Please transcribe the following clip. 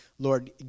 Lord